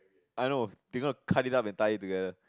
I don't know people will cut it out and tie it together